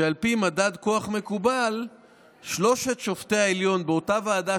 ועל פי מדד כוח מקובל שלושת שופטי העליון באותה ועדה